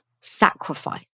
sacrifice